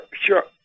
sure